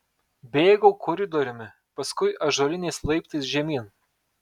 bėgau koridoriumi paskui ąžuoliniais laiptais žemyn